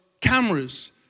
cameras